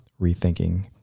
rethinking